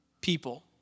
people